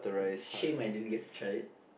shame I didn't get to try it